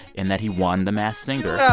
in that he won the masked singer. oh